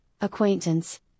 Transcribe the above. acquaintance